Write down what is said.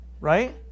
Right